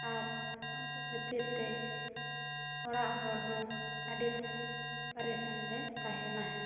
ᱟᱨ ᱩᱱᱠᱩ ᱠᱷᱟᱹᱛᱤᱨᱼᱛᱮ ᱚᱲᱟᱜ ᱦᱚᱲ ᱦᱚᱸ ᱟᱹᱰᱤ ᱠᱚ ᱯᱟᱨᱤᱥᱟᱱ ᱨᱮ ᱛᱟᱦᱮᱱᱟ